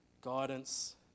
guidance